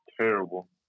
Terrible